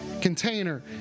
container